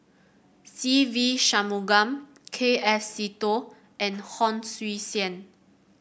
Se Ve Shanmugam K F Seetoh and Hon Sui Sen